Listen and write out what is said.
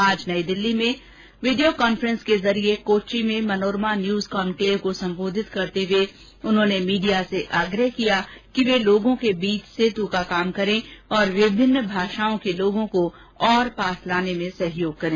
आज नई दिल्ली से video conference के जरिये कोच्चि में मनोरमा न्यज कॉन्क्लेव को सम्बोधित करते हुए उन्होंने मीडिया से आग्रह किया कि वे लोगों के बीच सेतु का काम करें और विभिन्न भाषाओं के लोगों को और पास लाने में सहयोग करें